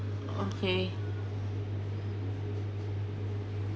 okay